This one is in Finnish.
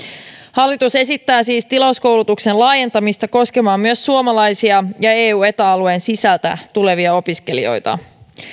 hallitus esittää siis tilauskoulutuksen laajentamista koskemaan myös suomalaisia ja eu ja eta alueen sisältä tulevia opiskelijoita